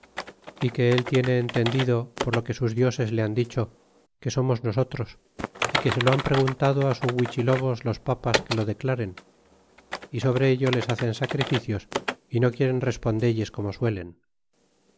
y que él tiene entendido por lo que sus dioses le han dicho que somos noso é que se lo han preguntado su huichi tros lobos los papas que lo declaren y sobre ello les hacen sacrificios y no quieren respondelles como suelen